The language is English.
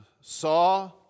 saw